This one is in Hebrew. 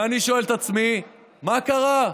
ואני שואל את עצמי: מה קרה,